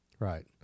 Right